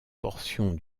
portions